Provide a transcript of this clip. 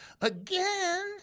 again